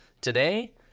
Today